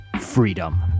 freedom